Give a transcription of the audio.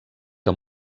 que